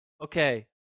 Okay